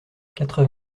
quatre